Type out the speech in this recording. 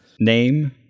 name